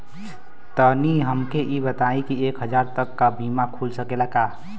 तनि हमके इ बताईं की एक हजार तक क बीमा खुल सकेला का?